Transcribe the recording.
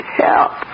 help